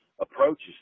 approaches